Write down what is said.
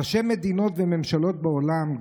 ראשי מדינות וממשלות בעולם,